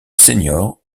senior